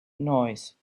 noise